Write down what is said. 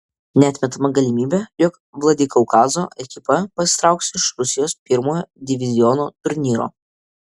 neatmetama galimybė jog vladikaukazo ekipa pasitrauks iš rusijos pirmojo diviziono turnyro